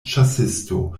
ĉasisto